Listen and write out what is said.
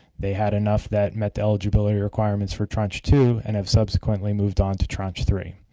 they had enough that met the eligibility requirements for tranche two and have subsequently moved on to tranche three.